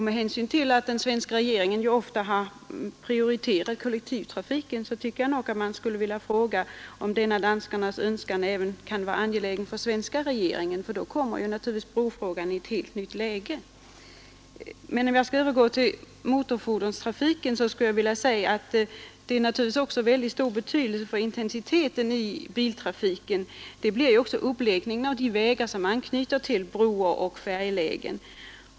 Med hänsyn till att den svenska regeringen ofta har prioriterat kollektivtrafiken skulle jag vilja fråga om denna danskarnas önskan är angelägen också för svenska regeringen, för i så fall kommer naturligtvis brofrågan i ett helt nytt läge. Beträffande motorfordonstrafiken skulle jag vilja säga att av mycket stor betydelse för intensiteten i biltrafiken blir naturligtvis också sträckningen av de vägar som anknyter till broar och färjlägen.